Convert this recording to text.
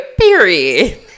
Period